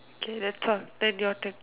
okay that's all then your turn